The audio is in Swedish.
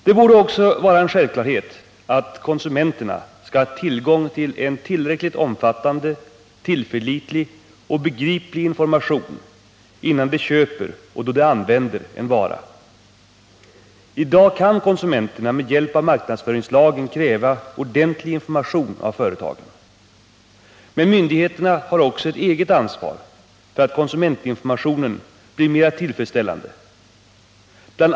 Det borde också vara en självklarhet att konsumenterna skall ha tillgång till en tillräckligt omfattande, tillförlitlig och begriplig information, innan de köper och då de använder en vara. I dag kan konsumenterna med hjälp av marknadsföringslagen kräva ordentlig information av företagen. Men myndigheterna har också ett eget ansvar för att konsumentinformationen blir mera tillfredsställande. Bl.